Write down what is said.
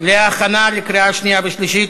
להכנה לקריאה שנייה ושלישית.